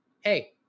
Hey